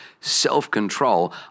self-control